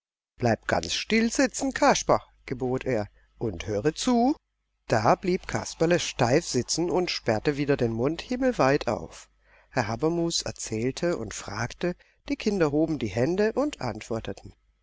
bleib ganz still sitzen kasper gebot er und höre zu da blieb kasperle steif sitzen und sperrte wieder den mund himmelweit auf herr habermus erzählte und fragte die kinder hoben die hände und antworteten